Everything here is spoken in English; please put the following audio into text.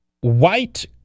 white